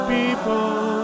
people